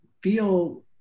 feel